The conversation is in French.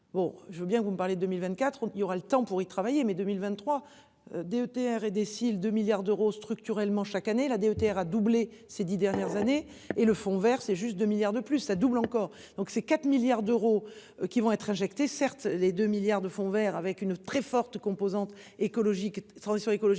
bon je veux bien que vous me parlez de 1024 il y aura le temps pour y travailler mais 2023. DETR et décide de milliards d'euros structurellement chaque année la DETR a doublé ces 10 dernières années et le Fonds Vert c'est juste 2 milliards de plus ça double encore donc c'est 4 milliards d'euros qui vont être injectés. Certes les 2 milliards de fonds Vert avec une très forte composante écologique transition écologique